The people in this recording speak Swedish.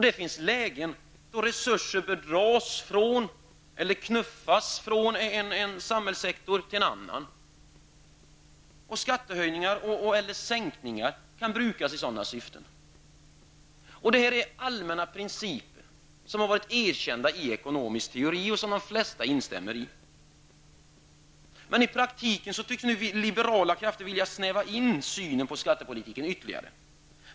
Det finns lägen då resurser bör dras fram eller knuffas från en samhällssektor till en annan. Skattehöjningar och skattesänkningar kan brukas i sådana syften. Det här gäller allmänna principer som har varit erkända i ekonomisk teori, principer som de flesta ansluter sig till. Men i praktiken tycks nu liberala krafter vilja snäva in synen på skattepolitiken ytterligare.